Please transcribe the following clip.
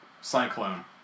Cyclone